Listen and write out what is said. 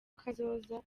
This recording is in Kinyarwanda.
kazoza